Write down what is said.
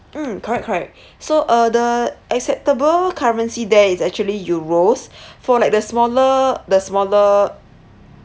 mm correct correct so uh the acceptable currency there is actually euros for like the smaller the smaller